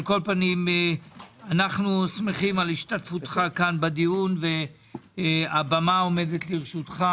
אנו שמחים על השתתפותך כאן בדיון והבמה לרשותך,